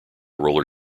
roller